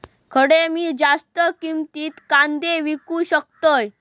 खडे मी जास्त किमतीत कांदे विकू शकतय?